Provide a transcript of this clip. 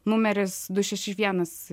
numeris du šeši vienas